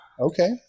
okay